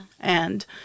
and-